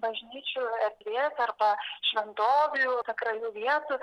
bažnyčių erdvės arba šventovių sakralių vietų